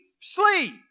sleep